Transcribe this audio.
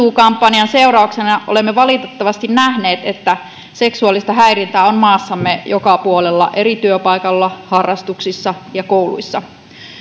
kampanjan seurauksena olemme valitettavasti nähneet että seksuaalista häirintää on maassamme joka puolella eri työpaikoilla harrastuksissa ja kouluissa